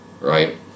right